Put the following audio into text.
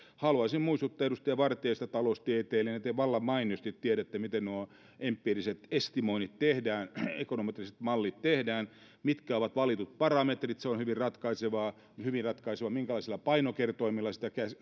haluaisin muistuttaa edustaja vartiaista taloustieteilijänä te vallan mainiosti tiedätte että se miten nuo empiiriset estimoinnit ekonometriset mallit tehdään mitkä ovat valitut parametrit on hyvin ratkaisevaa ja hyvin ratkaisevaa on minkälaisella painokertoimella